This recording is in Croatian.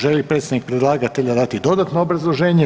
Želi li predstavnik predlagatelja dati dodatno obrazloženje?